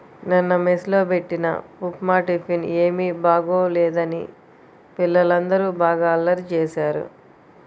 నిన్న మెస్ లో బెట్టిన ఉప్మా టిఫిన్ ఏమీ బాగోలేదని పిల్లలందరూ బాగా అల్లరి చేశారు